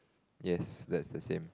yes that's the same